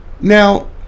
Now